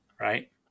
right